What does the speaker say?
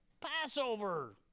Passover